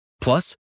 Plus